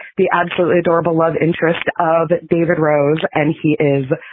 the absolutely adorable love interest ah that david rose and he is